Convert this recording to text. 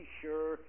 sure